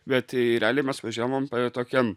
bet tai realiai mes važiavom tokiam